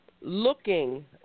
looking